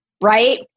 right